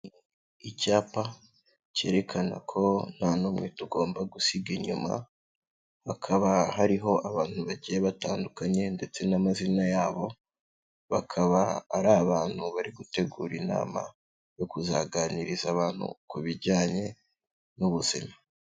Icyapa cyerekana ko nta n'umwe tugomba gusiga inyuma, hakaba hariho abantu bagiye batandukanye ndetse n'amazina yabo, bakaba ari abantu bari gutegura inama, yo kuzaganiriza abantu ku bijyanye n'ubuzima.